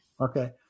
Okay